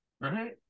right